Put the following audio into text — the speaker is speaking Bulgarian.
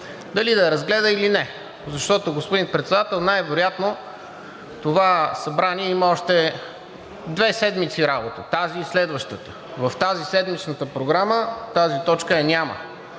дали да я разгледа или не. Защото, господин Председател, най-вероятно това събрание има още две седмици работа – тази и следващата. В тази седмична Програма тази точка я няма.